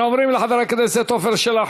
אנחנו עוברים לחבר הכנסת עפר שלח,